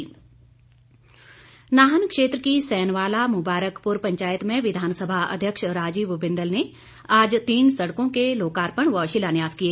बिंदल नाहन क्षेत्र की सैनवाला मुबारकपुर पंचायत में विधानसभा अध्यक्ष राजीव बिंदल ने आज तीन सड़कों के लोकार्पण व शिलान्यास किए